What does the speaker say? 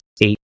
eight